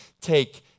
take